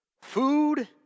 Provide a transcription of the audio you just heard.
food